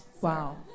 Wow